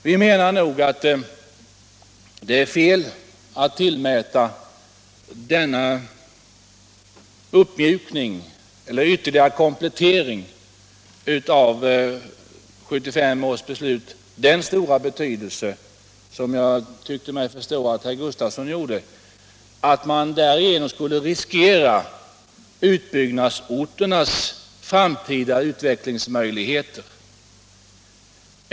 Vi anser att det är fel att tillmäta denna komplettering av 1975 års beslut den stora betydelse som jag tyckte mig förstå att herr Gustafsson i Barkarby gjorde, nämligen att man därigenom skulle riskera utbyggnadsorternas framtida utvecklingsmöjligheter.